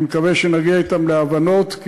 ואני מקווה שנגיע אתם להבנות,